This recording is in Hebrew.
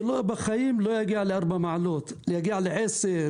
בחיים זה לא יגיע ל-4 מעלות אלא יגיע ל-10,